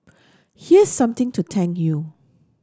here's something to thank you